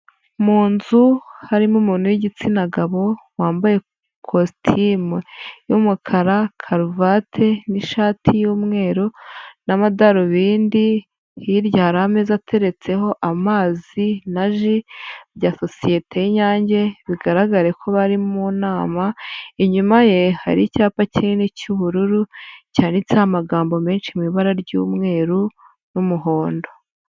Mu inzu harimo umuntu w'igitsina gabo, wambaye ikositimu y'umukara, karuvati n'ishati y'umweru n'amadarubindi. Hiryara ameza ateretseho amazi ni aya sociyete y'inyange bigaragare ko bari mu inama. Inyuma ye hari icyapa kinini cy'ubururu cyanditseho amagambo menshi ari mu ibara ry'umweru n'umuhondo.